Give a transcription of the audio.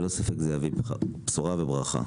ללא ספק זה יביא בשורה וברכה.